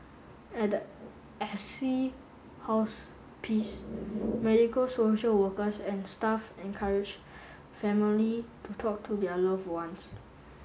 at the Assisi Hospice medical social workers and staff encourage family to talk to their loved ones